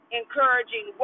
encouraging